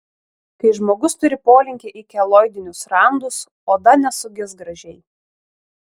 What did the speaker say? kai žmogus turi polinkį į keloidinius randus oda nesugis gražiai